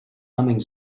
humming